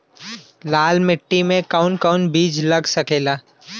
लाल मिट्टी में कौन कौन बीज लग सकेला?